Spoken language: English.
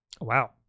Wow